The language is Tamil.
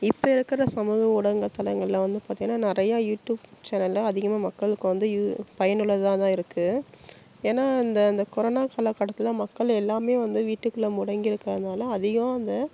இப்போ இருக்கிற சமூக ஊடகங்கள் தளங்களில் வந்து பார்த்திங்கன்னா நிறையா யூடியூப் சேனலில் அதிகமாக மக்களுக்கு வந்து யூ பயனுள்ளதாக தான் இருக்குது ஏன்னால் இந்த இந்த கொரோனா காலக்கட்டத்தில் மக்கள் எல்லாமே வந்து வீட்டுக்குள்ளே முடங்கி இருக்கறதுனால் அதிகமாக அந்த